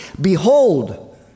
Behold